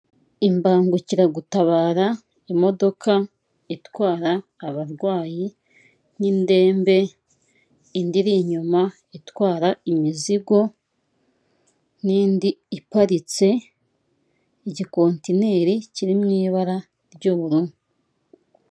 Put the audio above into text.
Imbangukiragutabara, imodoka itwara abarwayi n'indembe, indi iri inyuma itwara imizigo, n'indi iparitse, igikontineri kirimo ibara ry'ubururu.